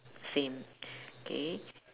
same K